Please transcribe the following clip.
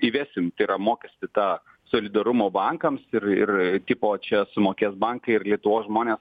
įvesim tai yra mokestį tą solidarumo bankams ir ir tipo čia sumokės bankai ir lietuvos žmonės